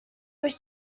was